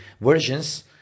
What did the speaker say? versions